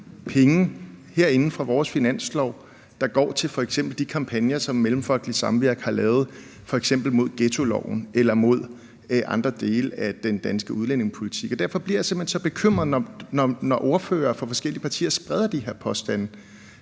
penge herinde fra vores finanslov, der går til f.eks. de kampagner, som Mellemfolkeligt Samvirke har lavet f.eks. mod ghettoloven eller mod andre dele af den danske udlændingepolitik. Derfor bliver jeg simpelt hen så bekymret, når ordførere fra forskellige partier spreder de her påstande.